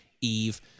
Eve